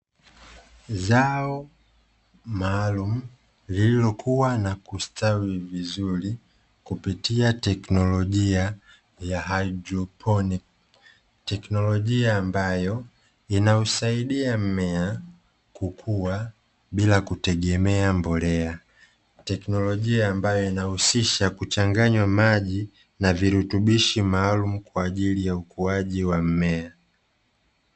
Zao maalumu, lililokua na kustawi vizuri kupitia teknolojia ya haidroponi. Teknolojia ambayo inausaidia mmea kukua bila kutegemea mbolea. Teknolojia ambayo inahusisha kuchanganya maji na virutubishi maalumu kwa ajili ya ukuaji wa mmea.